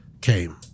came